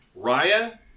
Raya